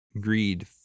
greed